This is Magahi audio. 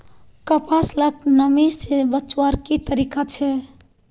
कपास लाक नमी से बचवार की तरीका छे?